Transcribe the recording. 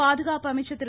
பாதுகாப்பு அமைச்சர் திரு